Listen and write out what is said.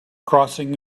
crossing